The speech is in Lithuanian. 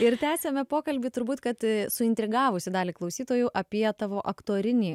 ir tęsiame pokalbį turbūt kad suintrigavusi dalį klausytojų apie tavo aktorinį